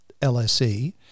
LSE